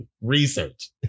research